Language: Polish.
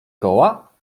koła